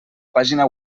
pàgina